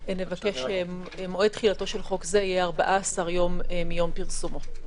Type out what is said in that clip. נבקש: מועד תחילתו של חוק זה יהיה 14 יום מיום פרסומו.